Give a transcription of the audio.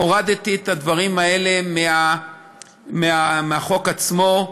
הורדתי את הדברים האלה מהחוק עצמו.